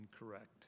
incorrect